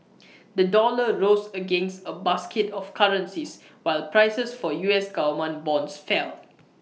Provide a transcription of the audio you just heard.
the dollar rose against A basket of currencies while prices for U S Government bonds fell